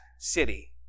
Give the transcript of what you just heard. city